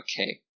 okay